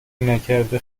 نکرده